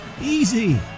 Easy